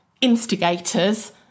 instigators